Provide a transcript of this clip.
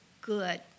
good